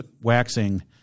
waxing